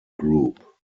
group